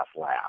laugh